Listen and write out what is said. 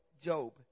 Job